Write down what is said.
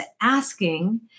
asking